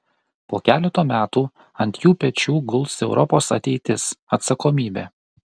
po keleto metų ant jų pečių guls europos ateitis atsakomybė